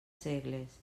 segles